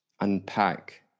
unpack